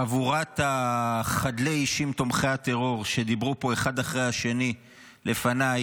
חבורת חדלי האישים תומכי הטרור שדיברו פה אחד אחרי השני לפניי